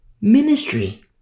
ministry